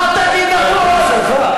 מה "תגיד הכול",